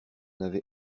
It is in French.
avait